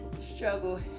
struggle